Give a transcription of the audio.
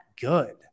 good